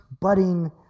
budding